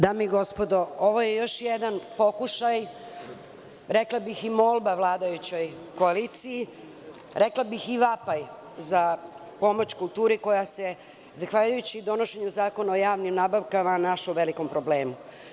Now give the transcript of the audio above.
Dame i gospodo, ovo je još jedan pokušaj, rekla bih i molba vladajućoj koaliciji, rekla bih i vapaj za pomoć kulturi koja se, zahvaljujući donošenju Zakona o javnim nabavkama, našla u velikom problemu.